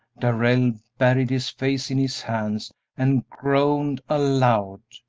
darrell buried his face in his hands and groaned aloud.